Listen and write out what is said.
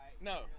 No